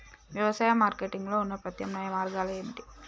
వ్యవసాయ మార్కెటింగ్ లో ఉన్న ప్రత్యామ్నాయ మార్గాలు ఏమిటి?